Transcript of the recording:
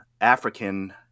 african